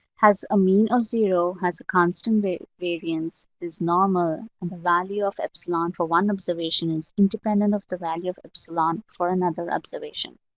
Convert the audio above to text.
has a mean of zero, has a constant variance, is normal. and the value of epsilon for one observation is independent of the value of epsilon for another observation.